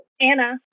Anna